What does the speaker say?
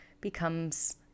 becomes